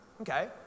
Okay